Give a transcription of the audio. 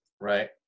Right